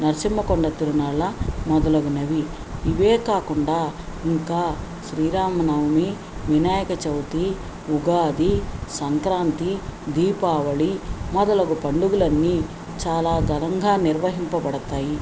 నరసింహ కొండ తిరుణాల మొదలగు నవి ఇవే కాకుండా ఇంకా శ్రీరామనవమి వినాయక చవితి ఉగాది సంక్రాంతి దీపావళి మొదలగు పండుగలన్నీ చాలా ఘనంగా నిర్వహింపబడతాయి